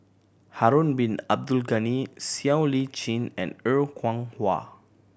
Harun Bin Abdul Ghani Siow Lee Chin and Er Kwong Wah